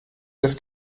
das